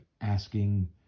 asking